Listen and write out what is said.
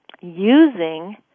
using